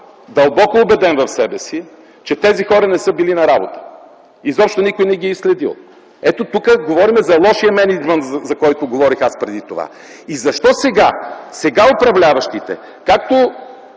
дълбоко убеден в себе си, че тези хора не са били на работа и изобщо никой не ги е следил. Ето, тук говорим за лошия мениджмънт, за който споменах преди това. И защо сега управляващите както